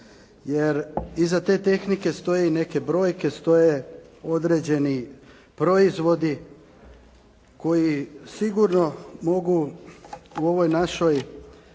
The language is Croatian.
jer iza te tehnike stoje i neke brojke, stoje određeni proizvodi koji sigurno mogu u ovoj našoj